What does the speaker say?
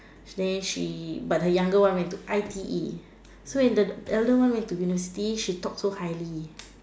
then she but her younger one went to I_T_E so when the the elder one went to university she talk so highly